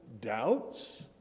doubts